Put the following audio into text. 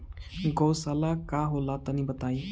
गौवशाला का होला तनी बताई?